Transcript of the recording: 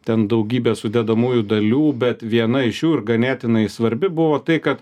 ten daugybė sudedamųjų dalių bet viena iš jų ir ganėtinai svarbi buvo tai kad